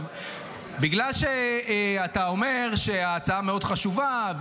אתה אומר שההצעה מאוד חשובה,